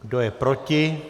Kdo je proti?